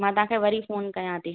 मां तव्हांखे वरी फोन कयां थी